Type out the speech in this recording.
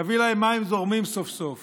תביא להם מים זורמים סוף-סוף